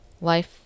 life